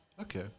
Okay